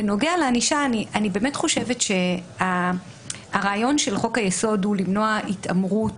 בנוגע לענישה אני באמת חושבת שהרעיון של חוק היסוד הוא למנוע התעמרות